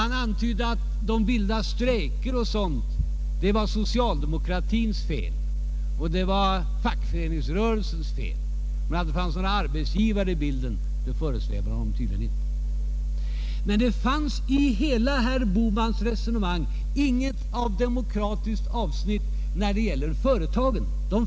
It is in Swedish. Han antydde att det var socialdemokratins och fackföreningsrörelsens fel att vilda strejker och liknande förekommer. Men det föresvävade honom tydligen inte att det finns arbetsgivare med i bilden. I herr Bohmans resonemang om demokratin fanns inget avsnitt när det gällde företagen.